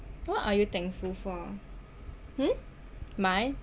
what are you thankful for mm mine